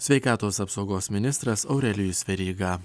sveikatos apsaugos ministras aurelijus veryga